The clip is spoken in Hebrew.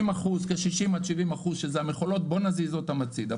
60% עד 70% שזה המכולות, בוא נזיז אותם הצידה.